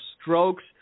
strokes